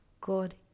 God